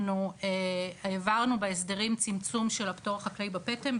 אנחנו העברנו בהסדרים צמצום של הפטור החקלאי בפטם.